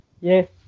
Yes